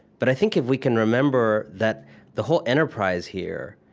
but i think if we can remember that the whole enterprise here